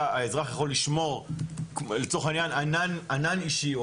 לצורך העניין ענן אישי,